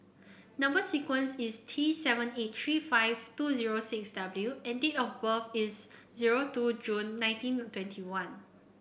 number sequence is T seven eight three five two zero six W and date of birth is zero two June nineteen twenty one